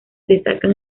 destaca